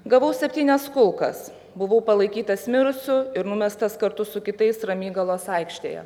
gavau septynias kulkas buvau palaikytas mirusiu ir numestas kartu su kitais ramygalos aikštėje